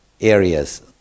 areas